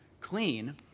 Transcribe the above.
clean